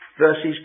verses